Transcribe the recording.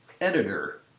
Editor